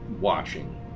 watching